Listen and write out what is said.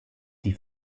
die